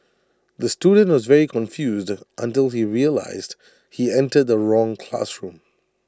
the student was very confused until he realised he entered the wrong classroom